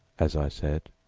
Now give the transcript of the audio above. as i said,